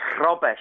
Rubbish